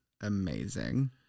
amazing